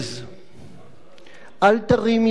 אל תרים ידך נגד חוק השבות.